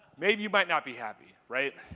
maybe you might not be happy, right?